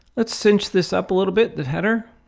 let's cinch this up a little bit the header.